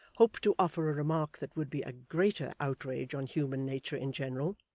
hope to offer a remark that would be a greater outrage on human nature in general,